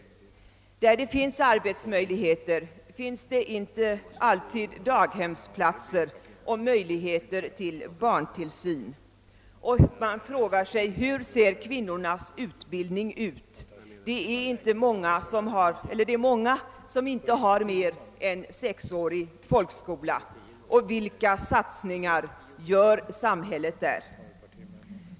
Och där det finns arbetsmöjligheter finns det inte alltid daghemsplatser eller andra möjligheter till barntillsyn. Man frågar sig: Hur ser kvinnornas utbildning ut? Det är många som inte har mer än sexårig folkskola. Vilka satsningar gör samhället där?